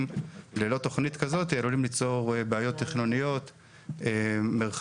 ללא תכנית כזאת עלולים ליצור בעיות תכנוניות מרחביות,